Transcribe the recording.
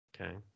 Okay